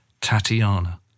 Tatiana